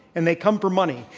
and they come for money.